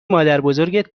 مادربزرگت